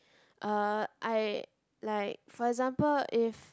uh I like for example if